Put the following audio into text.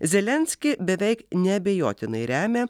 zelenskį beveik neabejotinai remia